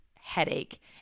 headache